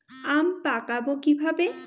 আম পাকাবো কিভাবে?